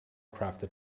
crafted